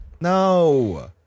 no